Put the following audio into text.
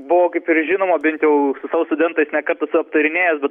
buvo kaip ir žinoma bent jau su savo studentais ne kartą esu aptarinėjęs bet